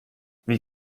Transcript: wie